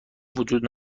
وجود